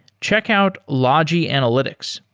check out logi analytics.